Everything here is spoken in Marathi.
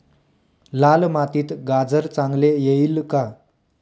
लाल मातीत गाजर चांगले येईल का?